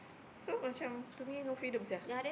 so so macam to me no freedom sia